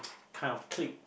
kind of click